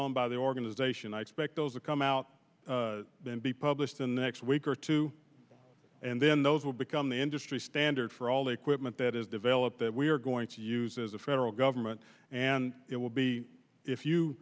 on by the organisation i expect those to come out and be published in the next week or two and then those will become the industry standard for all the equipment that is developed that we are going to use as a federal government and it will be if you